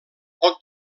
poc